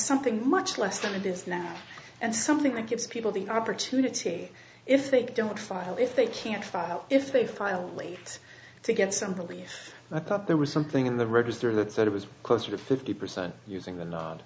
something much less than it is now and something that gives people the opportunity if they don't file if they can't file if they filed late to get some relief but there was something in the register that said it was closer to fifty percent using the nod